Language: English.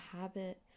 habit